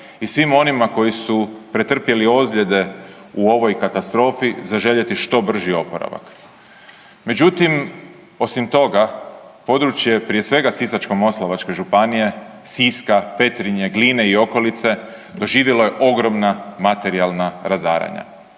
i svim onima koji su pretrpjeli ozljede u ovoj katastrofi, zaželjeti što brži oporavak. Međutim, osim toga, područje, prije svega Sisačko-moslavačke županije, Siska, Petrinje, Gline i okolice doživjela je ogromna materijalna razaranja.